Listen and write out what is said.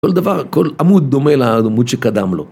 כל דבר, כל עמוד דומה לעמוד שקדם לו.